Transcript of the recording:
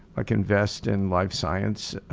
like invest in live science